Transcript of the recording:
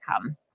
come